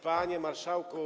Panie Marszałku!